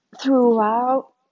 throughout